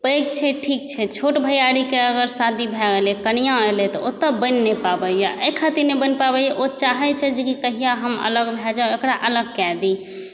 पैघ छै ठीक छै छोट भइयारी के अगर शादी भए गेलै कनिआ एलै तऽ ओतऽ बनि नहि पाबैया एहि खातिर नहि बनि पाबैया ओ चाहै छै जेकि कहिआ हम अलग भए जाउ एकरा अलग कए दी